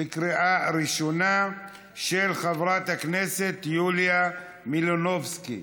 לקריאה ראשונה, של חברת הכנסת יוליה מלינובסקי.